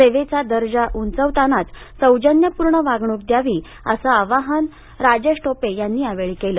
सेवेचा दर्जा उंचावतानाच सौजन्यपूर्ण वागणूक द्यावी असं आवाहन राजेश टोपे यांनी यावेळी केलं